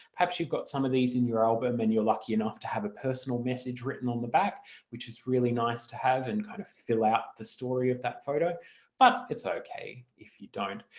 perhaps you've got some of these in your album and you're lucky enough to have a personal message written on the back which is really nice to have and kind of fill out the story of that photo but it's okay if you don't.